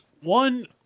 One